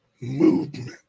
movement